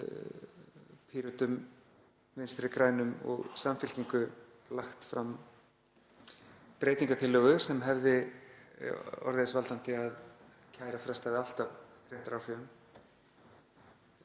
Pírötum, Vinstri grænum og Samfylkingu, lagt fram breytingartillögu sem hefði orðið þess valdandi að kæra frestaði alltaf réttaráhrifum